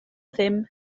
ddim